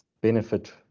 benefit